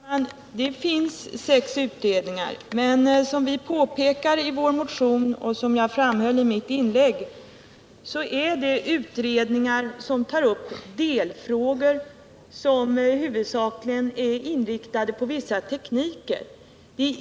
Herr talman! Ja, det finns sex utredningar tillsatta. Men, som vi påpekat i vår motion och som jag framhöll i mitt inlägg, dessa utredningar tar upp delfrågor som huvudsakligen är inriktade på vissa tekniker.